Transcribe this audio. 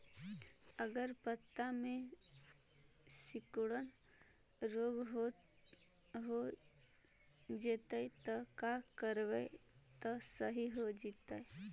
अगर पत्ता में सिकुड़न रोग हो जैतै त का करबै त सहि हो जैतै?